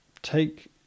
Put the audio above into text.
Take